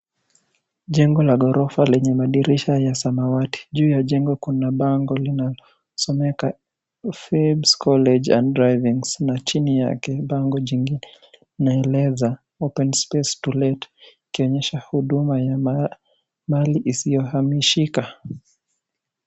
Jengo la ghorofa yenye madirisha ya samawati. Juu ya jengo kuna bango linalosomeka Fibs College and Driving na chini yake bango jingine linaeleza space to let ikionyesha huduma ya mali isiyohamishika.